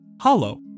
hollow